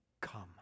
come